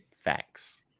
Facts